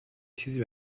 چیزی